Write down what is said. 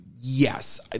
Yes